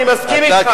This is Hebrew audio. אני מסכים אתך,